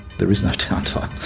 there is no down